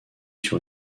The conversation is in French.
sur